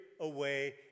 away